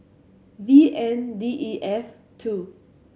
V N D E F two